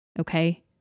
okay